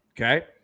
okay